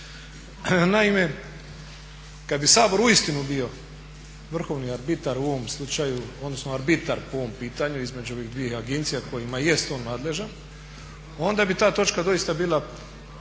Naime, kad bi Sabor uistinu bio vrhovni arbitar u ovom slučaju, odnosno arbitar po ovom pitanju između ovih dviju agencija kojima jest on nadležan onda bi ta točka doista bila